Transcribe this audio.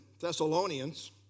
Thessalonians